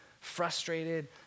frustrated